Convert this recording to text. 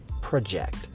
project